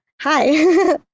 hi